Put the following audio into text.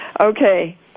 Okay